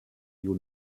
you